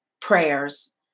prayers